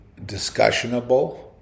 discussionable